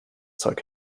zeug